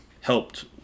helped